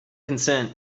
consent